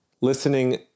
listening